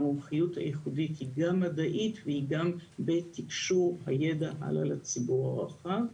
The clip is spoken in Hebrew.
המומחיות הייחודית היא גם מדעית והיא גם בתקשור הידע הלאה לציבור הרחב.